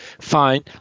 fine